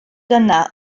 dyna